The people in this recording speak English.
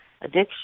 addiction